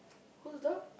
whose dog